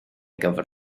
gyfer